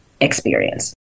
experience